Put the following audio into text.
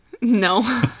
No